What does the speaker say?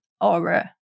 aura